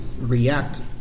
react